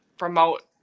remote